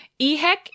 EHEC